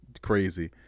crazy